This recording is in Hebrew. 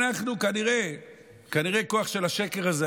כנראה הכוח של השקר הזה,